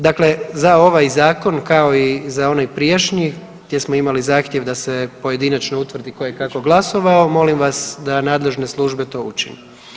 Dakle, za ovaj zakon kao i za onaj prijašnji gdje smo imali zahtjev da se pojedinačno utvrdi ko je kako glasovao, molim vas da nadležne službe to učine.